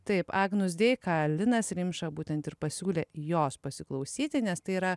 taip agnus dei linas rimša būtent ir pasiūlė jos pasiklausyti nes tai yra